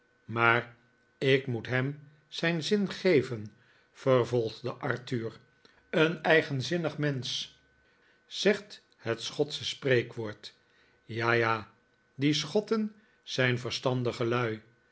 maar ik moet hem zijn zin geven vervolgde arthur een eigenzinnig mensch zegt het schotsche spreekwoord ja ja die schotten zijn verstandige lui